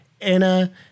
Anna